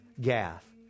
Gath